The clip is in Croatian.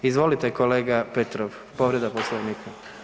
Izvolite kolega Petrov, povreda Poslovnika.